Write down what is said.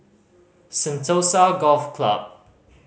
Sentosa Golf Club